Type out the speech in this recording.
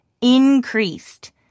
Increased